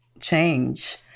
change